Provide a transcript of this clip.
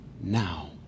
now